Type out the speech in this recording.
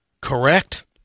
Correct